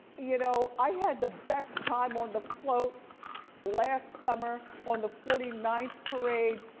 you know, i had the best time on the float last summer on the forty ninth parade.